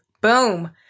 Boom